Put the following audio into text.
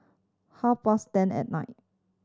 half past ten at night